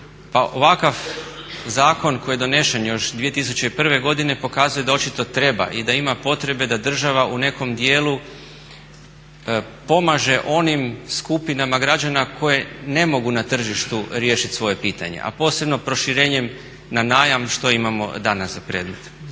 Pa ovakav zakon koji je donesen još 2001. godine pokazuje da očito treba i da ima potrebe da država u nekom dijelu pomaže onim skupinama građana koje ne mogu na tržištu riješiti svoje pitanje, a posebno proširenjem na najam što imamo danas za predmet.